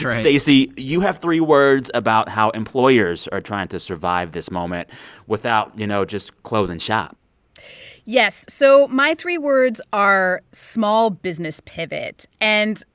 stacey, you have three words about how employers are trying to survive this moment without, you know, just closing shop yes. so my three words are small business pivot. and,